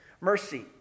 mercy